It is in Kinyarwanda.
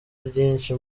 ryinshi